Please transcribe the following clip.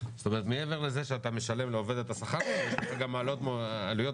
מעבר לזה שאתה משלם לעובד את השכר שלו יש גם עלויות נוספות.